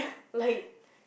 like